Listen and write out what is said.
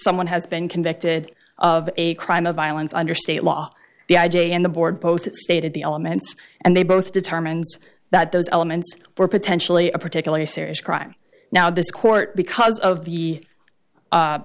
someone has been convicted of a crime of violence under state law the i j a and the board both stated the elements and they both determines that those elements were potentially a particularly serious crime now this court because of the